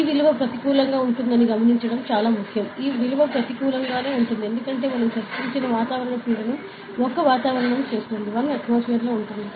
ఈ విలువ ప్రతికూలంగా ఉంటుందని గమనించడం చాలా ముఖ్యం ఈ విలువ ప్రతికూలంగా ఉంటుంది ఎందుకంటే మనం చర్చించిన వాతావరణ పీడనం 1 వాతావరణం చేస్తుంది